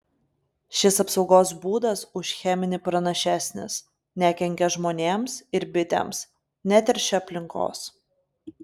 šis apsaugos būdas už cheminį pranašesnis nekenkia žmonėms ir bitėms neteršia aplinkos